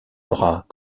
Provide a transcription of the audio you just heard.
bras